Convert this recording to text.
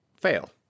fail